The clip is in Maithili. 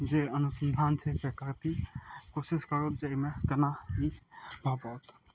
जे अनुसन्धान छै से कहत कोशिश करू जे अइमे केना नीक भऽ पाओत